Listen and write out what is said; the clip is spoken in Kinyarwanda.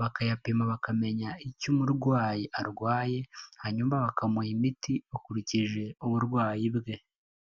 bakayapima bakamenya icyo umurwayi arwaye, hanyuma bakamuha imiti bakurikije uburwayi bwe.